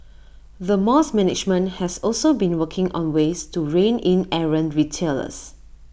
the mall's management has also been working on ways to rein in errant retailers